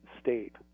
state